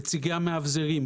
נציגי המאבזרים,